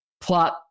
plot